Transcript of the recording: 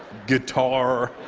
guitar